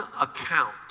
account